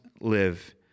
live